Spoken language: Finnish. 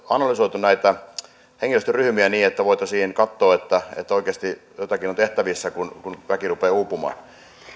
analysoitu näitä henkilöstöryhmiä niin että voitaisiin katsoa että oikeasti jotakin on tehtävissä kun kun väki rupeaa uupumaan